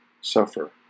suffer